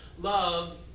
love